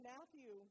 Matthew